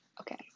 Okay